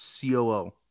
COO